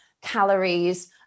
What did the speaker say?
calories